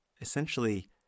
essentially